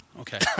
okay